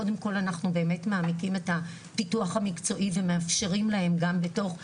קודם כל אנחנו באמת מעמיקים את הפיתוח המקצועי ומאפשרים להם גם בתוך,